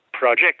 Project